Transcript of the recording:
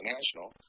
National